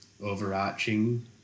overarching